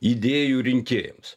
idėjų rinkėjams